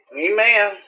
Amen